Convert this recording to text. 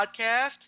podcast